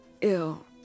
ill